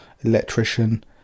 electrician